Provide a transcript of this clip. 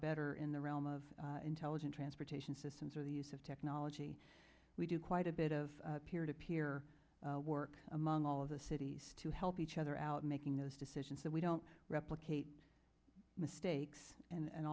better in the realm of intelligent transportation systems or the use of technology we do quite a bit of peer to peer work among all of us cities to help each other out making those decisions so we don't replicate mistakes and a